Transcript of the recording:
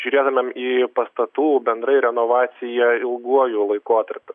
žiūrėtumėm į pastatų bendrai renovaciją ilguoju laikotarpiu